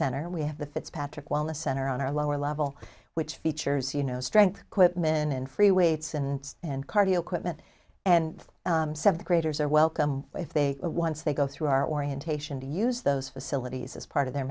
center and we have the fitzpatrick wellness center on our lower level which features you know strength quitman and free weights and and cardio equipment and seventh graders are welcome if they once they go through our orientation to you use those facilities as part of their